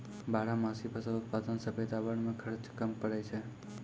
बारहमासी फसल उत्पादन से पैदावार मे खर्च कम पड़ै छै